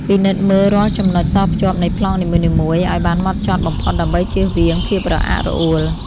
ពិនិត្យមើលរាល់ចំណុចតភ្ជាប់នៃប្លង់នីមួយៗឱ្យបានហ្មត់ចត់បំផុតដើម្បីចៀសវាងភាពរអាក់រអួល។